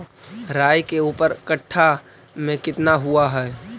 राई के ऊपर कट्ठा में कितना हुआ है?